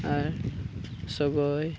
ᱟᱨ ᱥᱚᱜᱚᱭ